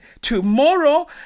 tomorrow